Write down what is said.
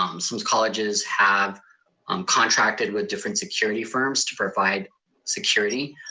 um some colleges have um contracted with different security firms to provide security.